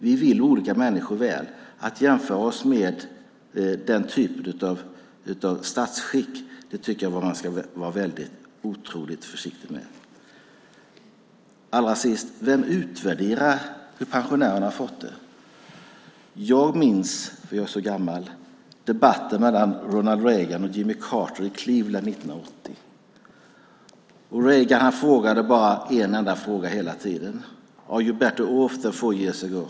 Vi vill olika människor väl. Att jämföra oss med den typen av statsskick tycker jag att man ska vara otroligt försiktig med. Allra sist: Vem utvärderar hur pensionärerna har fått det? Jag minns - jag är så gammal - debatten mellan Ronald Reagan och Jimmy Carter i Cleveland 1980. Reagan ställde bara en enda fråga hela tiden: "Are you better off than four years ago?"